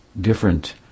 different